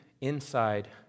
inside